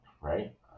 right